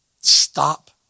stop